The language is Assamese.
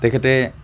তেখেতে